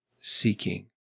seeking